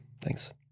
Thanks